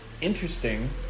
Interesting